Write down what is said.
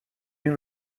این